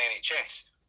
nhs